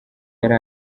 yari